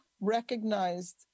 recognized